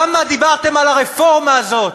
כמה דיברתם על הרפורמה הזאת,